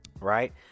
right